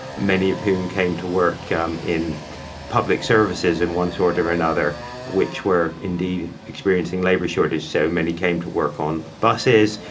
many of whom came to work um in public services in one sort of or another which were indeed experiencing labour shortages, so many came to work on buses,